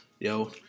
Yo